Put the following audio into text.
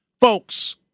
folks